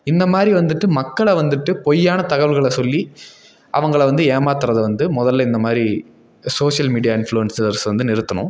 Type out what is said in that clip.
இந்த மாதிரி வந்துட்டு மக்களை வந்துட்டு பொய்யான தகவல்களை சொல்லி அவங்களை வந்து ஏமாற்றறது வந்து முதல்ல இந்த மாதிரி சோஷியல் மீடியா இன்ஃப்ளூயன்ஸர்ஸ் வந்து நிறுத்தணும்